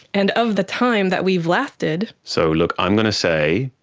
and of the time that we've lasted. so look, i'm going to say,